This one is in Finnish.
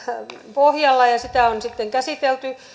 pohjalla ja ja sitä on sitten käsitelty